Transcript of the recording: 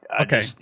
Okay